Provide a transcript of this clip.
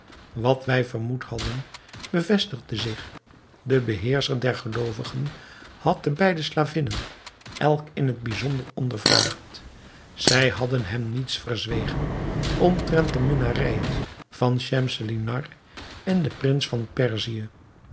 wat wij vermoed hadden bevestigde zich de beheerscher der geloovigen had de beide slavinnen elk in t bijzonder ondervraagd zij hadden hem niets verzwegen omtrent de minnarijen van schemselnihar en den prins van perzië